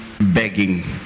begging